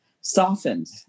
softened